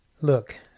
Look